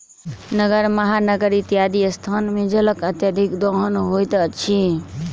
नगर, महानगर इत्यादिक स्थान मे जलक अत्यधिक दोहन होइत अछि